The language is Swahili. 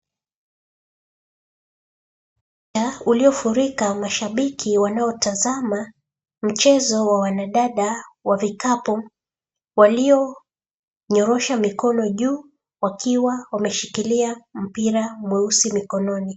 Uwanja uliyofurika washabiki wanaotazama mchezo wa wanadada wa vikapu, walionyorosha mikono juu wakiwa wameshikilia mpira mweusi mikononi.